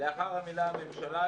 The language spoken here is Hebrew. לאחר המילה "הממשלה",